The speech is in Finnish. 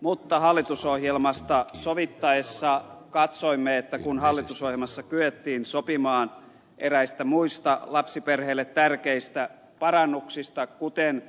mutta hallitusohjelmasta sovittaessa katsoimme että kun hallitusohjelmassa kyettiin sopimaan eräistä muista lapsiperheille tärkeistä parannuksista kuten